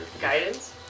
guidance